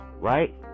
right